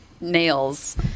nails